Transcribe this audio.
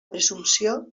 presumpció